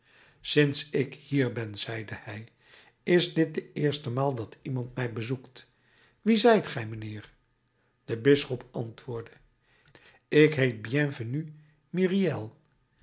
sinds ik hier ben zeide hij is dit de eerste maal dat iemand mij bezoekt wie zijt gij mijnheer de bisschop antwoordde ik heet